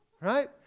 Right